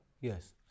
Yes